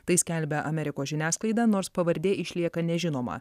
tai skelbia amerikos žiniasklaida nors pavardė išlieka nežinoma